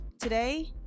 Today